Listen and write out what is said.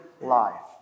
life